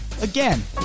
again